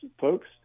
folks